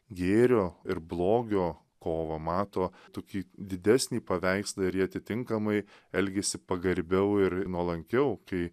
gėrio ir blogio kovą mato tokį didesnį paveikslą ir jie atitinkamai elgėsi pagarbiau ir nuolankiau kai